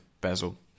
bezel